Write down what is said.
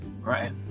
right